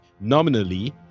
nominally